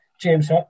James